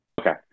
okay